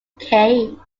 cain